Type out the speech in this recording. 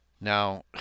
now